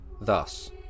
thus